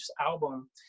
album